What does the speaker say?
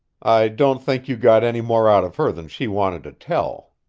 i don't think you got any more out of her than she wanted to tell.